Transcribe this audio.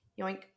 yoink